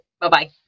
bye-bye